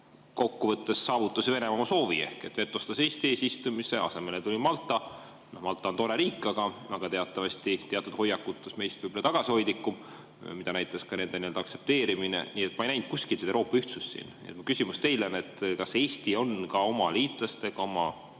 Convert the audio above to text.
kokku võttes saavutas Venemaa oma soovi ehk vetostas Eesti eesistumise, asemele tuli Malta. Malta on tore riik, aga teatavasti teatud hoiakutes meist võib-olla tagasihoidlikum, nagu näitas ka nende aktsepteerimine. Nii et ma ei näinud kuskil Euroopa ühtsust. Mu küsimus teile: kas Eesti on ka oma liitlastega, oma